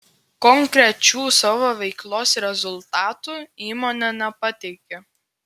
konkrečių savo veiklos rezultatų įmonė nepateikė